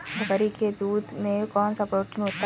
बकरी के दूध में कौनसा प्रोटीन होता है?